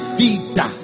vida